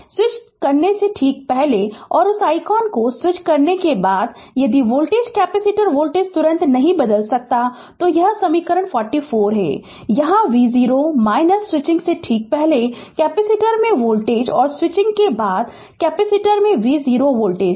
switch करने से ठीक पहले और उस आइकन को स्विच करने के बाद यदि वोल्टेज कैपेसिटर वोल्टेज तुरंत नहीं बदल सकता है तो यह समीकरण 44 है जहां v0 स्विचिंग से ठीक पहले कैपेसिटर में वोल्टेज और स्विचिंग के ठीक बाद कैपेसिटर में v0 वोल्टेज